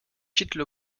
quittent